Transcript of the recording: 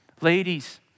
Ladies